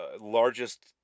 largest